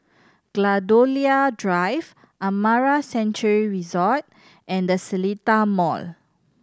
Gladiola Drive Amara Sanctuary Resort and The Seletar Mall